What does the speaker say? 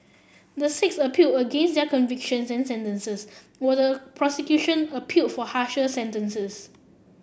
the six appealed against their convictions and sentences while the prosecution appealed for harsher sentences